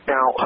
Now